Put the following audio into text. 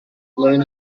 blown